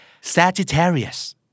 Sagittarius